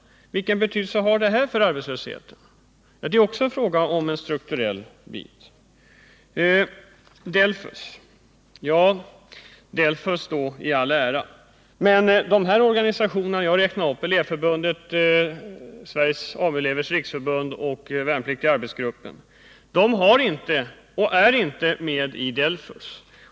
Vilken betydelse har det för arbetslösheten? Det är också en strukturfråga. 163 DELFUS i all ära, men de instanser som jag räknade upp - Elevförbundet, Sveriges AMU-elevers riksförbund och de värnpliktigas arbetsgrupp är inte med i DELFUS.